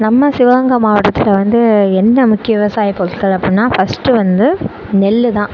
நம் சிவகங்கை மாவட்டத்தில் வந்து என்ன முக்கிய விவசாய பொருட்கள் அப்படினா ஃபர்ஸ்ட்டு வந்து நெல்தான்